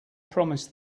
promised